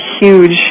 huge